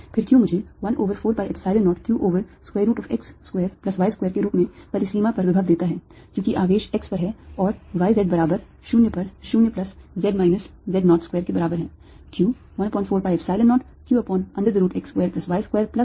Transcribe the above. फिर q मुझे 1 over 4 pi Epsilon 0 q over square root of x square plus y square के रूप में परिसीमा पर विभव देता है क्योंकि आवेश x पर है और y z बराबर 0 पर 0 plus z minus z naught square के बराबर है